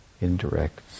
indirect